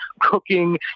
cooking